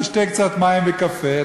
תשתה קצת מים וקפה,